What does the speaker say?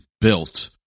built